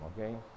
okay